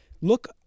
look